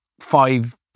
five